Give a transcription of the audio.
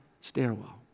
stairwell